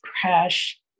crash